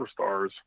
Superstars